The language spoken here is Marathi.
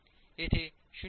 येथे 0